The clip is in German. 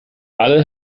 alle